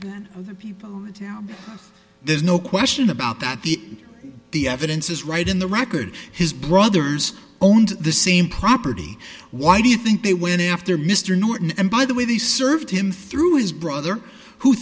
than people now there's no question about that the the evidence is right in the record his brothers owned the same property why do you think they went after mr norton and by the way they served him through his brother who